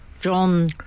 John